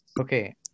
okay